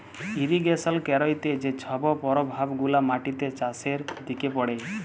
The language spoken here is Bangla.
ইরিগেশল ক্যইরতে যে ছব পরভাব গুলা মাটিতে, চাষের দিকে পড়ে